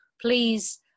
please